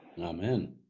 amen